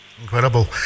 Incredible